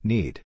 Need